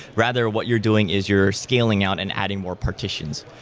rather what you're doing is you're scaling out and adding more partitions.